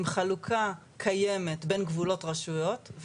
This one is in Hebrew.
עם חלוקה קיימת בין גבולות רשויות,